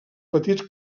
petits